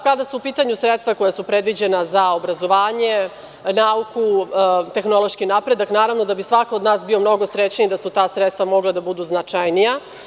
Kada su u pitanju sredstva koja su predviđena za obrazovanje, nauku, tehnološki napredak, naravno da bi svako od nas bio mnogo srećniji da su ta sredstva mogla da budu značajnija.